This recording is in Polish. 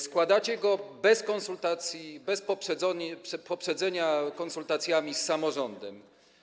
Składacie go bez konsultacji, bez poprzedzenia konsultacjami z samorządem.